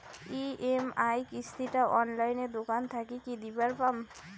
EMI কিস্তি টা অনলাইনে দোকান থাকি কি দিবার পাম?